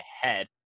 head